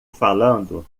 falando